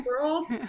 world